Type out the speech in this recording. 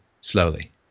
slowly